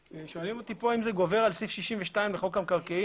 שואלים אותי פה האם הסעיף הזה גובר על סעיף 62 לחוק המקרקעין,